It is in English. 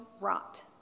rot